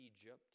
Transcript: Egypt